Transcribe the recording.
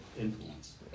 influence